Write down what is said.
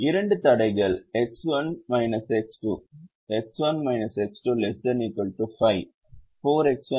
இரண்டு தடைகள் X1 X2 X1 X2 ≤ 5 4 X1 0 X2 ≤ 24